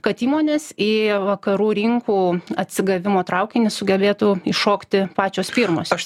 kad įmonės į vakarų rinkų atsigavimo traukinį sugebėtų įšokti pačios pirmosios